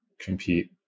compete